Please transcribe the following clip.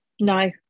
No